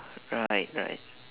right right